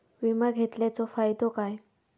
विमा घेतल्याचो फाईदो काय?